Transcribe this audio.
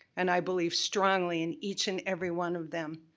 and i believe strongly in each and every one of them,